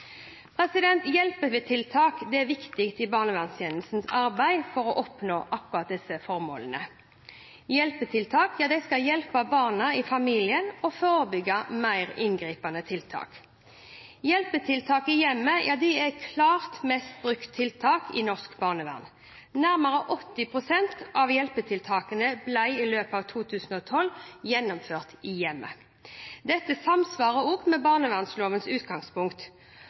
Hjelpetiltak er viktig i barnevernstjenestens arbeid for å oppnå akkurat disse formålene. Hjelpetiltak skal hjelpe barna i familien og forebygge mer inngripende tiltak. Hjelpetiltak i hjemmet er de klart mest brukte tiltakene i norsk barnevern. Nærmere 80 pst. av hjelpetiltakene ble i løpet av 2012 gjennomført i hjemmet. Dette samsvarer også med barnevernlovens utgangspunkt.